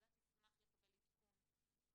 הוועדה תשמח לקבל עדכון,